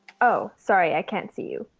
oh, sorry, i can't see you.